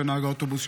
ונהג האוטובוס,